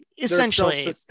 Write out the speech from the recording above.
Essentially